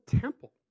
temple